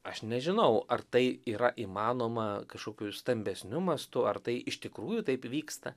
aš nežinau ar tai yra įmanoma kažkokiu stambesniu mastu ar tai iš tikrųjų taip vyksta